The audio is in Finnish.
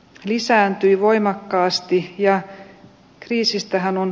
lisääntyi voimakkaasti ja kriisistä hän on